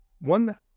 One